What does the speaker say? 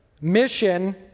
mission